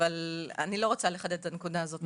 איני רוצה לחדד את הנקודה הזאת.